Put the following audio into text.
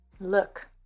Look